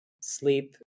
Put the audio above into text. Sleep